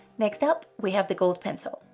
next up we have the gold pencil.